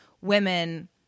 women